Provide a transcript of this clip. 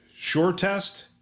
SureTest